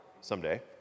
someday